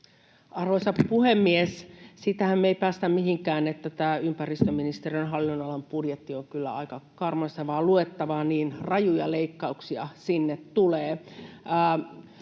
Arvoisa puhemies! Siitähän me ei päästä mihinkään, että tämä ympäristöministeriön hallinnonalan budjetti on kyllä aika karmaisevaa luettavaa, niin rajuja leikkauksia sinne tulee.